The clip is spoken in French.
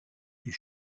est